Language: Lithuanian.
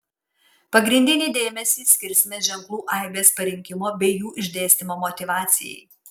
pagrindinį dėmesį skirsime ženklų aibės parinkimo bei jų išdėstymo motyvacijai